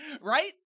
right